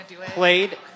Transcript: played